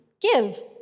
give